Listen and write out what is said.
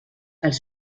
els